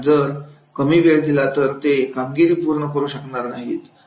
कारण जर कमी वेळ दिला तर ते कामगिरी पूर्ण करू शकणार नाहीत